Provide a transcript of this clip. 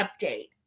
update